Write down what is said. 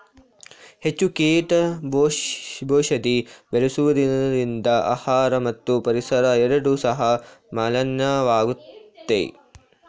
ಹೆಚ್ಚು ಕೀಟ ಔಷಧಿ ಬಳಸುವುದರಿಂದ ಆಹಾರ ಮತ್ತು ಪರಿಸರ ಎರಡು ಸಹ ಮಾಲಿನ್ಯವಾಗುತ್ತೆ